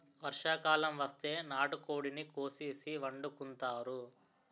వర్షాకాలం వస్తే నాటుకోడిని కోసేసి వండుకుంతారు